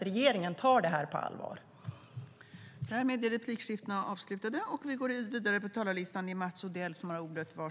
Regeringen tar detta på allvar.